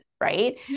right